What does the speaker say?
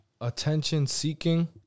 attention-seeking